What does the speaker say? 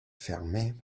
fermé